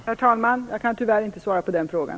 Herr talman! Jag kan tyvärr inte svara på den frågan.